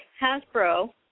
Hasbro